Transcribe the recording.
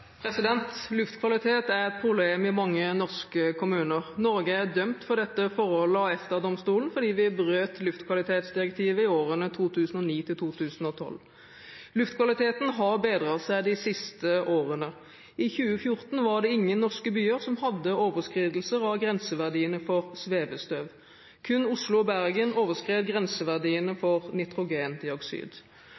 Luftkvalitet er et problem i mange norske kommuner. Norge er dømt for dette forholdet av EFTA-domstolen, fordi vi brøt luftkvalitetsdirektivet i årene 2009–2012. Luftkvaliteten har bedret seg de siste årene. I 2014 var det ingen norske byer som hadde overskridelser av grenseverdiene for svevestøv. Kun Oslo og Bergen overskred grenseverdiene for